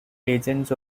agents